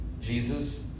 Jesus